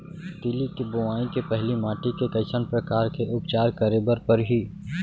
तिलि के बोआई के पहिली माटी के कइसन प्रकार के उपचार करे बर परही?